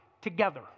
together